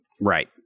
Right